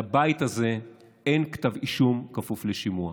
לבית הזה אין כתב אישום כפוף לשימוע.